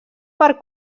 per